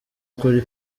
kuri